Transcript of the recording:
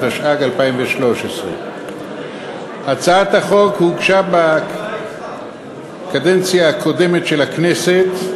התשע"ג 2013. הצעת החוק הוגשה בקדנציה הקודמת של הכנסת,